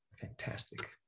fantastic